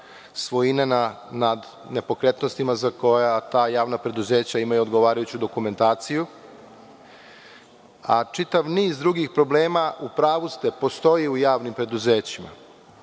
svojina nad nepokretnostima za koja ta javna preduzeća imaju odgovarajuću dokumentaciju. Čitav niz drugih problema, u pravu ste, postoje u javnim preduzećima